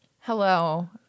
Hello